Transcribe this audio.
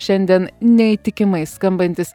šiandien neįtikimai skambantis